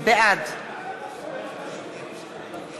בעד